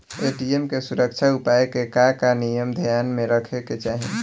ATM के सुरक्षा उपाय के का का नियम ध्यान में रखे के चाहीं?